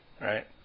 Right